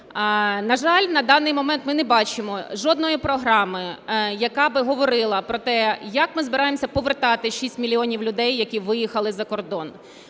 На жаль, на даний момент ми не бачимо жодної програми, яка би говорила про те, як ми збираємося повертати 6 мільйонів людей, які виїхали за кордон.